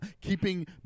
Keeping